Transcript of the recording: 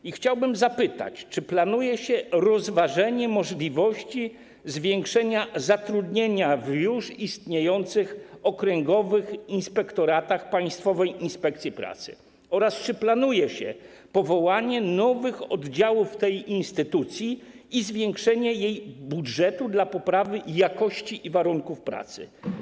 I chciałbym zapytać, czy planuje się rozważenie możliwości zwiększenia zatrudnienia w już istniejących okręgowych inspektoratach Państwowej Inspekcji Pracy oraz czy planuje się powołanie nowych oddziałów tej instytucji i zwiększenie jej budżetu dla poprawy jakości i warunków pracy.